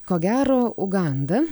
ko gero uganda